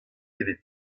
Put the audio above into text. evit